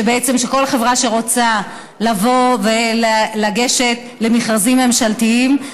שבעצם כל חברה שרוצה לבוא ולגשת למכרזים ממשלתיים,